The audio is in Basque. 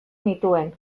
nituen